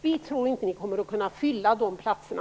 Vi tror inte att ni kommer att kunna fylla de platserna.